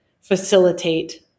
facilitate